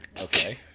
Okay